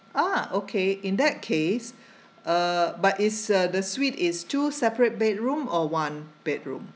ah okay in that case uh but it's uh the suite is two separate bedroom or one bedroom